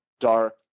dark